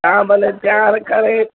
तव्हां भले तयारु करे